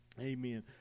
Amen